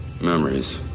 Memories